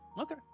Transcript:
okay